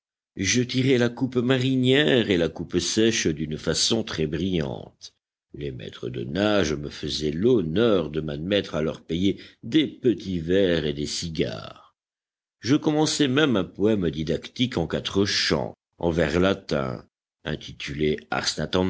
je tirais la coupe marinière et la coupe sèche d'une façon très brillante les maîtres de nage me faisaient l'honneur de m'admettre à leur payer des petits verres et des cigares je commençai même un poëme didactique en quatre chants en vers latins intitulé